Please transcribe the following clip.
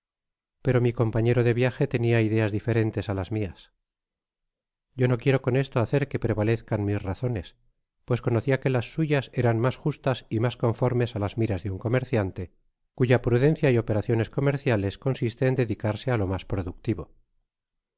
pero mi compañero de viaje tenia ideas diferentes á las mias yo no quiero por esto hacer que prevalezcan mis razones pues conocía que las suyas eran mas justas y mas conformes á las miras de un comerciante cuya prudencia y operaciones comerciales consiste en dedicarse lo mas productivo